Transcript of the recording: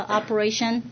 operation